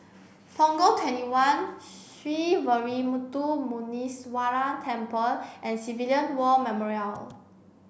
Punggol twenty one Sree Veeramuthu Muneeswaran Temple and Civilian War Memorial